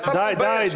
איך אתה לא מתבייש?